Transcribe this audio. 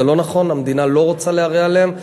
זה לא נכון, המדינה לא רוצה להרע להם.